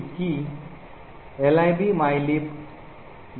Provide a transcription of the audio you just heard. so disassembly हि libmylib